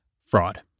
fraud